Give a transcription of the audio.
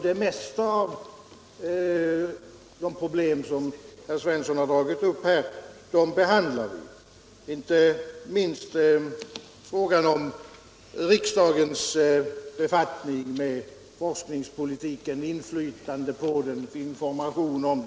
De flesta av de problem som herr Svensson har tagit upp behandlas av utredningen, inte minst riksdagens befattning med forskningsvolitiken, inflytandet på den och informationen om den.